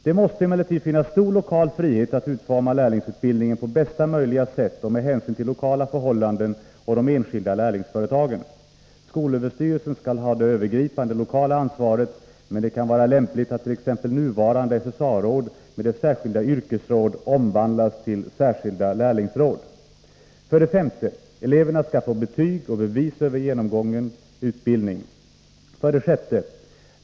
Det måste emellertid finnas stor lokal frihet att utforma lärlingsutbildningen på bästa möjliga sätt och med hänsyn till lokala förhållanden och de enskilda lärlingsföretagen. Skolöverstyrelsen skall ha det övergripande lokala ansvaret, men det kan vara lämpligt att t.ex. nuvarande SSA-råd med dess skilda yrkesråd omvandlas till särskilda lärlingsråd. 5. Eleverna skall få betyg och bevis över genomgången utbildning. 6.